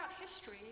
history